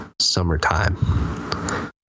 summertime